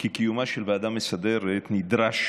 כי קיומה של ועדה מסדרת נדרש